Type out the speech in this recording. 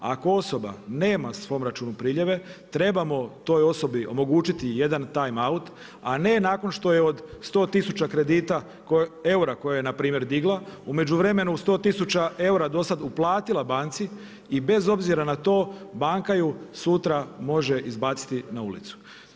Ako osoba nema na svom računu priljeve, trebamo toj osobi omogućiti jedan time out, a ne nakon što je od 100000 kredita, eura koje je npr. digla, u međuvremenu 100000 eura do sad uplatila banci i bez obzira na to, banka ju sutra može izbaciti na ulicu.